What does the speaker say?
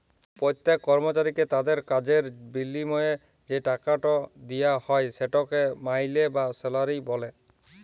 প্যত্তেক কর্মচারীকে তাদের কাজের বিলিময়ে যে টাকাট দিয়া হ্যয় সেটকে মাইলে বা স্যালারি ব্যলে